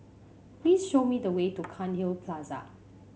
please show me the way to Cairnhill Plaza